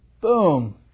Boom